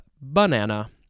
banana